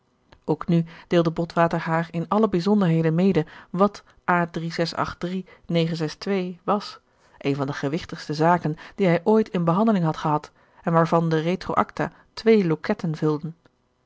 ook nu deelde botwater haar in alle bijzonderheden mede wat drie was een van de gewichtigste zaken die hij ooit in behandeling had gehad en waarvan de retroacta twee loketten vulden